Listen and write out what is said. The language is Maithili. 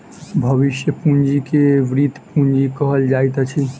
भविष्य पूंजी के वृति पूंजी कहल जाइत अछि